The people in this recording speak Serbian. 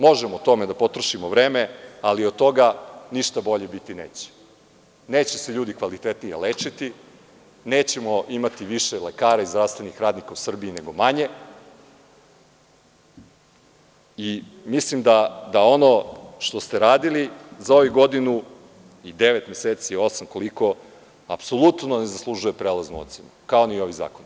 Možemo o tome da potrošimo vreme, ali od toga ništa bolje biti neće, neće se ljudi kvalitetnije lečiti, nećemo imati više lekara i zdravstvenih radnika u Srbiji, nego manje i mislim da ono što ste radili za ovih godinu i devet meseci, osam, koliko, apsolutno ne zaslužuje prelaznu ocenu, kao ni ovi zakoni.